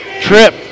Trip